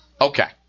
Okay